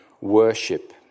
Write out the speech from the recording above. worship